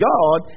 God